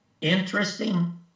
interesting